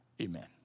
Amen